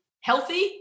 healthy